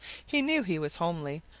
he knew he was homely,